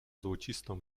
złocistą